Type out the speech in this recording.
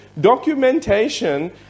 Documentation